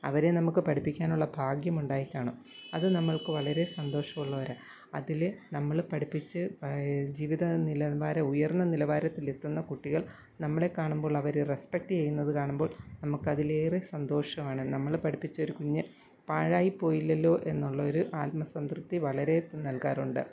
അവരെ നമുക്ക് പഠിപ്പിക്കാനുള്ള ഭാഗ്യമുണ്ടായിക്കാണും അത് നമ്മൾക്ക് വളരെ സന്തോഷവുള്ളവരാ അതിൽ നമ്മൾ പഠിപ്പിച്ച് ജീവിതനിലവാരം ഉയർന്ന നിലവാരത്തിലെത്തുന്ന കുട്ടികൾ നമ്മളെക്കാണുമ്പോളവർ റെസ്പെക്റ്റ് ചെയ്യുന്നത് കാണുമ്പോൾ നമുക്ക് അതിലേറെ സന്തോഷമാണ് നമ്മൾ പഠിപ്പിച്ചൊരു കുഞ്ഞ് പാഴായിപ്പോയില്ലല്ലോ എന്നുള്ളൊരു ആത്മസംതൃപ്തി വളരെ നൽകാറുണ്ട്